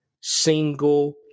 single